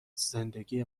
زندگی